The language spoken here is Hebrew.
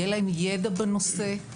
יהיה להם ידע בנושא,